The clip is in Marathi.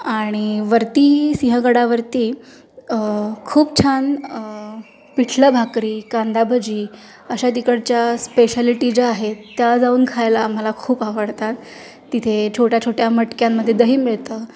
आणि वरती सिंहगडावरती खूप छान पिठलं भाकरी कांदाभजी अशा तिकडच्या स्पेशालिटी ज्या आहेत त्या जाऊन खायला आम्हाला खूप आवडतात तिथे छोट्या छोट्या मटक्यांमध्ये दही मिळतं